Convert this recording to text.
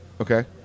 Okay